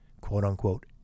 quote-unquote